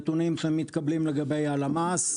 אלה נתונים שמתקבלים לגבי הלמ"ס,